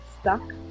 stuck